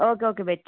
okay okay बेटे